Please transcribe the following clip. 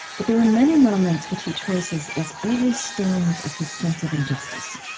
but there were many moments which he traces as early stirrings of his sense of injustice.